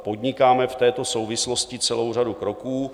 Podnikáme v této souvislosti celou řadu kroků.